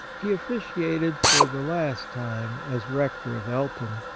he officiated for the last time as rector of elton.